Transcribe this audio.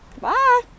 Bye